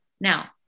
Now